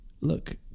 look